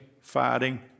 fighting